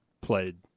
played